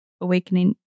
awakening